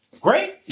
Great